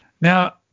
now